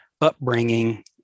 upbringing